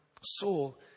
Saul